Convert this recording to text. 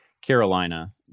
Carolina